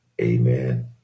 Amen